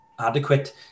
adequate